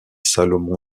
salomon